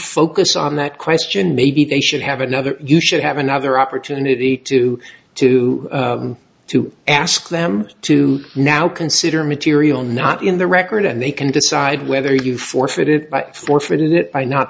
focus on that question maybe they should have another you should have another opportunity to to to ask them to now consider material not in the record and they can decide whether you forfeit it by